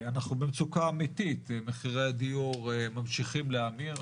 אנחנו במצוקה אמיתית, מחירי הדיור ממשיכים להאמיר.